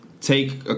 Take